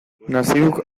naziruk